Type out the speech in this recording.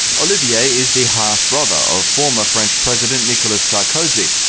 olivier is the half brother of former french president nicolas sarkozy.